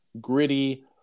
gritty